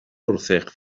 wrthych